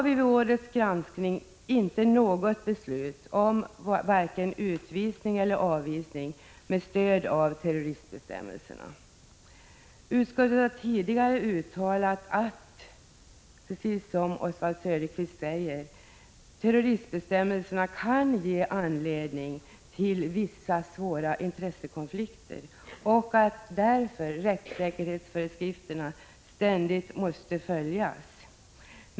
Vid årets granskning har det inte förekommit något beslut om utvisning eller avvisning med stöd av terroristbestämmelserna. Utskottet har tidigare uttalat, precis som Oswald Söderqvist säger, att terroristbestämmelserna kan ge anledning till vissa svåra intressekonflikter och att rättssäkerhetsföreskrifterna därför ständigt måste följas.